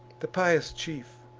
the pious chief,